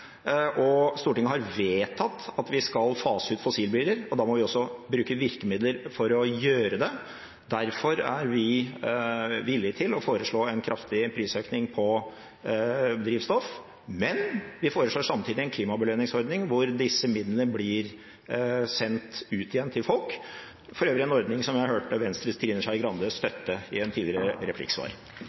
framtida. Stortinget har vedtatt at vi skal fase ut fossilbiler, og da må vi også bruke virkemidler for å gjøre det. Derfor er vi villige til å foreslå en kraftig prisøkning på drivstoff, men vi foreslår samtidig en klimabelønningsordning hvor disse midlene blir sendt ut igjen til folk – for øvrig en ordning som jeg har hørt Venstres Trine Skei Grande støtte i et tidligere replikksvar.